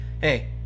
hey